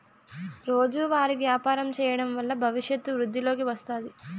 రోజువారీ వ్యాపారం చేయడం వల్ల భవిష్యత్తు వృద్ధిలోకి వస్తాది